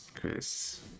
Chris